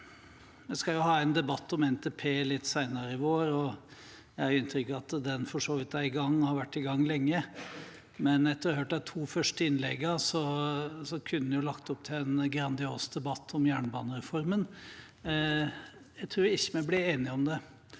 Vi skal ha en debatt om NTP litt senere i vår. Jeg har inntrykk av at den for så vidt er i gang, og har vært i gang lenge, men etter å ha hørt de to første innleggene kunne en jo lagt opp til en grandios debatt om jernbanereformen. Jeg tror ikke vi blir enige om det.